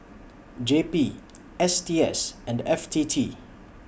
J P S T S and F T T